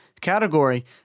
category